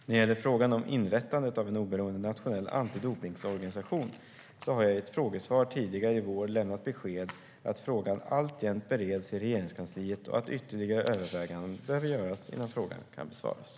När det gäller frågan om inrättandet av en oberoende nationell antidopningsorganisation har jag i ett frågesvar tidigare i vår lämnat besked att frågan alltjämt bereds i Regeringskansliet och att ytterligare överväganden behöver göras innan frågan kan besvaras.